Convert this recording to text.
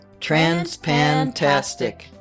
Transpantastic